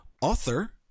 author